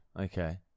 Okay